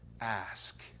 ask